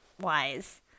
wise